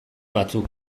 batzuk